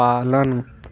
पालन